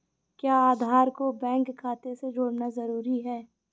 क्या आधार को बैंक खाते से जोड़ना जरूरी है?